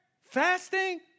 Fasting